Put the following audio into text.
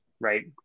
right